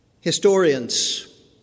Historians